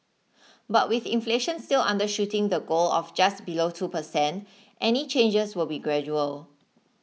but with inflation still undershooting the goal of just below two per cent any changes will be gradual